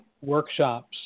workshops